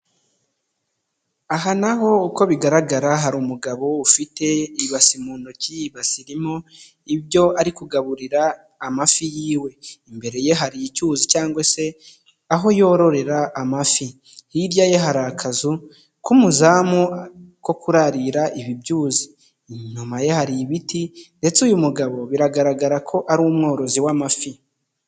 Aha naho uko bigaragara hari umugabo ufite ibasi mu ntoki. Iyi basi irimo ibyo ari kugaburira amafi yiwe. Imbere ye hari icyuzi cyangwa se aho yororera amafi. Hirya ye hari akazu k'umuzamu ko kurarira ibi byuzi. Inyuma ye hari ibiti ndetse uyu mugabo biragaragara ko ari umworozi w'amafi.